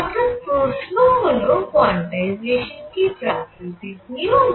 অর্থাৎ প্রশ্ন হল কোয়ান্টাইজেশান কি প্রাকৃতিক নিয়ম